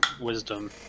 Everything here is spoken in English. Wisdom